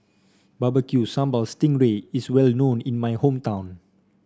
Barbecue Sambal Sting Ray is well known in my hometown